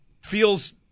feels